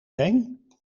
heen